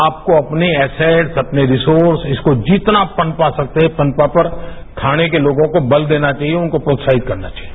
आपको अपने एस्सर्ट अपने रिसोर्स इसको जितना पनपा सकते हैं पनपा पर थाने के लोगों को बल दिया जाना चाहिए उनको प्रोत्साहित करना चाहिए